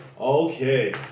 Okay